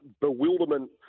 bewilderment